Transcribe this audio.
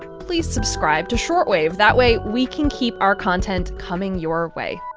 please subscribe to short wave. that way, we can keep our content coming your way.